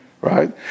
Right